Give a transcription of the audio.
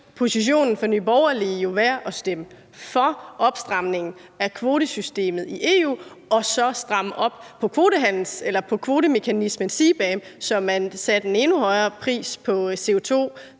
positionen fra Nye Borgerlige jo være at stemme for en opstramning af kvotesystemet i EU og at stramme op på kvotemekanismen CBAM, så man satte en endnu højere pris på CO2